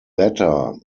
latter